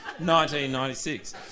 1996